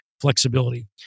flexibility